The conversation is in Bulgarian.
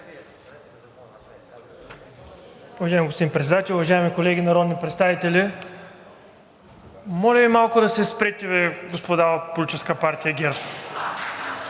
Уважаеми господин Председател, уважаеми колеги народни представители! Моля Ви малко да се спрете, господа от